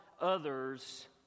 others